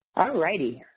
alrighty.